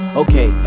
okay